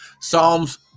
Psalms